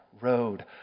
road